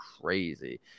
crazy